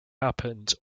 happens